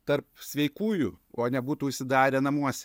tarp sveikųjų o nebūtų užsidarę namuose